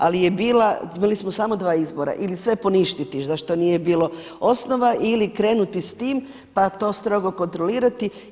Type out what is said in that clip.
Ali je bila, imali smo samo dva izbora ili sve poništiti za što nije bilo osnova ili krenuti s tim, pa to strogo kontrolirati.